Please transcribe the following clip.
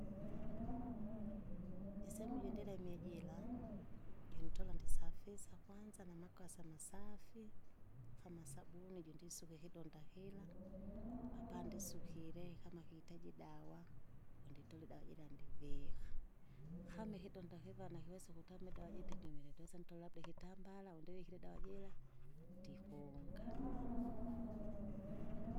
Isemu iji ndilemie jira, juntola ndisafisa kwanza namakasi amasafi, kama sabuni jondisuka ikidonda kila, apandisukile kama kiitaji dawa, ponditole dawa jira ndivika. Kama ikidonda kivana kiwese ukuta idawa jitekemire twesa ntolabda ikitambala, undilikile dawa jira, ndikuunga.